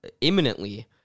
imminently